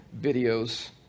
videos